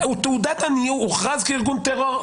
הוא הוכרז כארגון טרור.